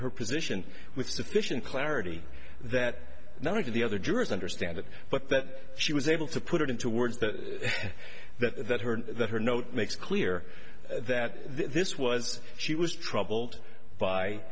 her position with sufficient clarity that none of the other jurors understand it but that she was able to put it into words that that that her that her note makes clear that this was she was troubled by